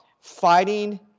fighting